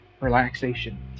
relaxation